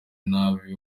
nabi